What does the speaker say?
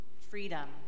freedom